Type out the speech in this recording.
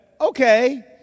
okay